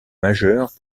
majeures